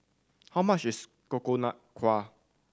how much is Coconut Kuih